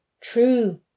true